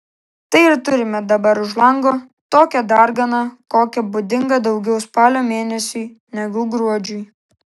tai ir turime dabar už lango tokią darganą kokia būdinga daugiau spalio mėnesiui negu gruodžiui